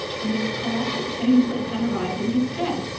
and this colossal changeling had arrived in his stead.